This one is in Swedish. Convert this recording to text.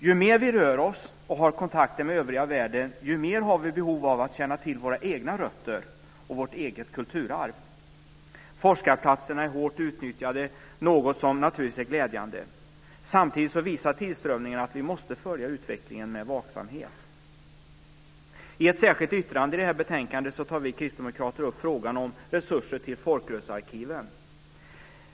Ju mer vi rör oss och har kontakter med övriga världen, desto mer har vi behov av att känna till våra egna rötter och vårt eget kulturarv. Forskarplatserna är hårt utnyttjade, något som naturligtvis är glädjande. Samtidigt visar tillströmningen att vi måste följa utvecklingen med vaksamhet. I ett särskilt yttrande i betänkandet tar vi kristdemokrater upp frågan om resurser till folkrörelsearkiven.